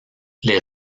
les